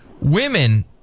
women